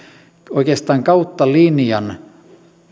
oikeastaan kautta linjan